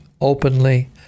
openly